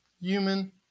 human